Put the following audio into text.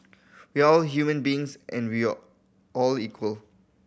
we're all human beings and we all all equal